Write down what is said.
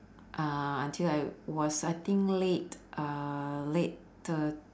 uh until I was I think late uh late thir~